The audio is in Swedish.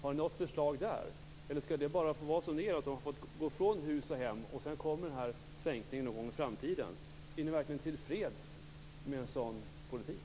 Har ni något förslag, eller skall det bara vara så att människor får gå från hus och hem och att sänkningen sedan kommer att göras någon gång i framtiden? Är ni verkligen till freds med en sådan politik?